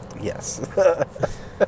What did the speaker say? Yes